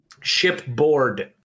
Shipboard